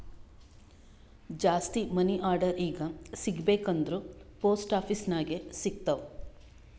ಜಾಸ್ತಿ money order ಈಗ ಸಿಗಬೇಕ ಅಂದುರ್ ಪೋಸ್ಟ್ ಆಫೀಸ್ ನಾಗೆ ಸಿಗ್ತಾವ್